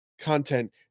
content